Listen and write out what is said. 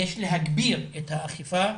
יש להגביר את האכיפה,